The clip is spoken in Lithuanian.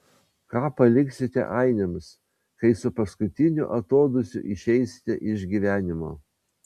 ką paliksite ainiams kai su paskutiniu atodūsiu išeisite iš gyvenimo